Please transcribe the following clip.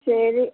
சரி